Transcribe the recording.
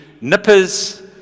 nippers